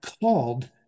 called